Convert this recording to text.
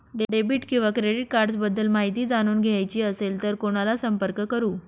Debit किंवा credit cards बद्दल माहिती जाणून घ्यायची असेल तर कोणाला संपर्क करु?